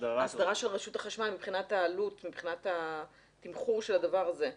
הסדרה של רשות החשמל מבחינת העלות ומבחינת התמחור של הדבר הזה.